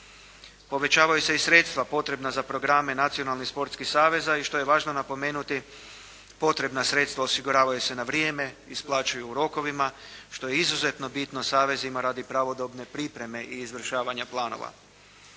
Povećavaju se i sredstva potrebna za programe nacionalnih sportskih saveza i što je važno napomenuti, potrebna sredstva osiguravaju se na vrijeme, isplaćuju u rokovima, što je izuzetno bitno savezima radi pravodobne pripreme i izvršavanja planova.